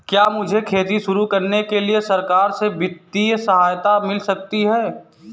क्या मुझे खेती शुरू करने के लिए सरकार से वित्तीय सहायता मिल सकती है?